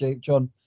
John